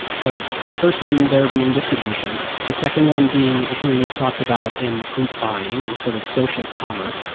so the first one there being distribution. the second one being something we've talked about in group buying and sort of social commerce.